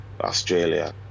Australia